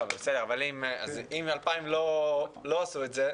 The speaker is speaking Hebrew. בסדר, אבל אם 2,000 לא עשו את זה,